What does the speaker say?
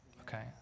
Okay